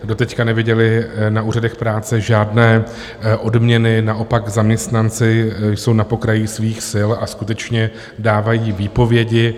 Doteď neviděli na úřadech práce žádné odměny, naopak, zaměstnanci jsou na pokraji svých sil a skutečně dávají výpovědi.